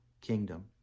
kingdom